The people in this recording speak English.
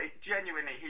genuinely